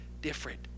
different